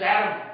Adam